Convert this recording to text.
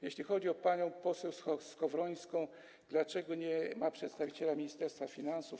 Jeśli chodzi o panią poseł Skowrońską - dlaczego nie ma przedstawiciela Ministerstwa Finansów.